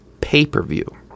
pay-per-view